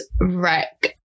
wreck